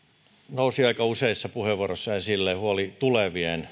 nousi aika useissa puheenvuoroissa esille huoli tulevien